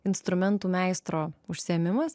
instrumentų meistro užsiėmimas